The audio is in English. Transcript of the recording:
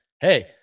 hey